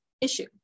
issue